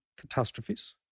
catastrophes